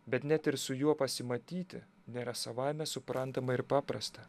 bet net ir su juo pasimatyti nėra savaime suprantama ir paprasta